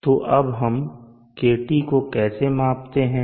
तो अब हम KT को कैसे मापते हैं